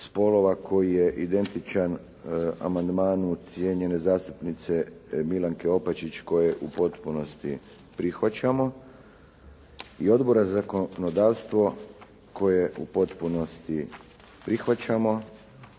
spolova koji je identičan amandmanu cijenjene zastupnice Milanke Opačić koji u potpunosti prihvaćamo i Odbora za zakonodavstvo koje u potpunosti prihvaćamo.